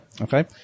Okay